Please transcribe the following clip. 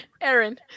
Aaron